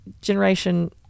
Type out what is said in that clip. generation